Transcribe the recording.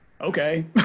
Okay